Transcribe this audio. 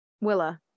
Willa